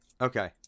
Okay